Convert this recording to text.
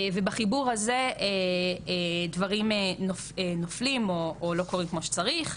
ובחיבור הזה דברים נופלים או לא קורים כמו שצריך.